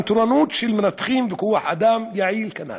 עם תורנות של מנתחים וכוח אדם יעיל כנ"ל.